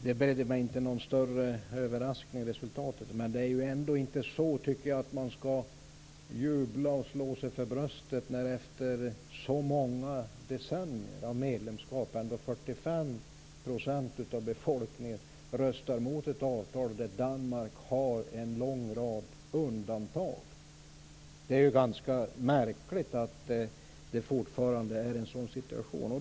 Det beredde mig inte någon större överraskning, men jag tycker ändå inte att man skall jubla och slå sig för bröstet när 45 % av befolkningen efter så många decennier av medlemskap röstar emot ett avtal där Danmark har en lång rad undantag. Det är ju ganska märkligt att situationen fortfarande är den.